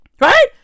Right